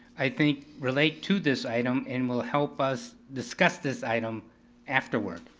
i think, relate to this item, and will help us discuss this item afterward.